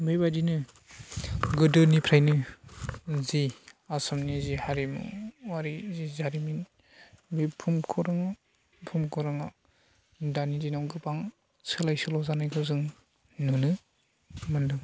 बेबायदिनो गोदोनिफ्रायनो जि आसामनि जि हारिमुआरि जि जारिमिन बे भुम खौराङाव भुमखौराङाव दानि दिनाव गोबां सोलाय सोल' जानायखौ जों नुनो मोनदों